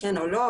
כן או לא,